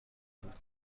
بود